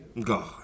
God